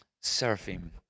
seraphim